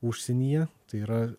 užsienyje tai yra